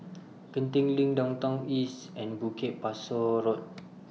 Genting LINK Downtown East and Bukit Pasoh Road